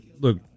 look